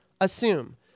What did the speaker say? assume